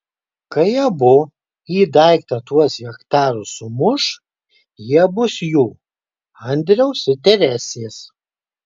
kai abu į daiktą tuos hektarus sumuš jie bus jų andriaus ir teresės